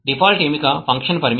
default ఎంపిక function పరిమితి